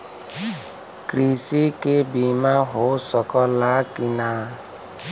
कृषि के बिमा हो सकला की ना?